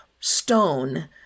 Stone